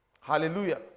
Hallelujah